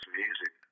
music